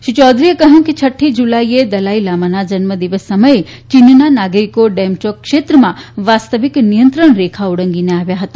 શ્રી ચૌધરીએ કહ્યું કે છઠ્ઠી જુલાઇએ દલાઇ લામાના જન્મદિવસ સમયે ચીનના નાગરિકો ડેમ ચોક ક્ષેત્રમાં વાસ્તવિક નિયંત્રણ રેખા ઓળંગીને આવ્યા હતા